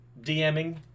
DMing